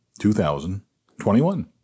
2021